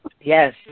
Yes